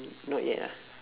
not yet ah